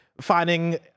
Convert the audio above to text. finding